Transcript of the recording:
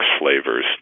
flavors